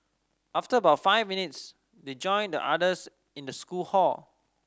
after about five minutes they joined the others in the school hall